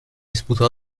sputò